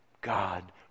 God